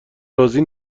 راضی